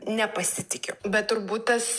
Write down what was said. nepasitikiu bet turbūt tas